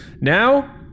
now